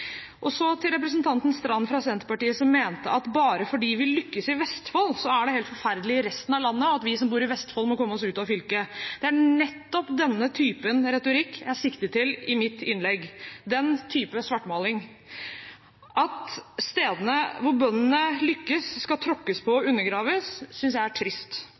det så gledelig at miljø- og klimatiltakene styrkes i dette oppgjøret, både gjennom finansieringen av Klimasmart landbruk og gjennom forskning for å styrke kunnskapen om klimaet. Bøndene går foran – Senterpartiet henger etter. Til representanten Strand fra Senterpartiet, som mente at selv om vi lykkes i Vestfold, er det helt forferdelig i resten av landet, og at vi som bor i Vestfold må komme oss ut av fylket. Det er nettopp denne typen retorikk jeg siktet til